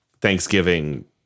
thanksgiving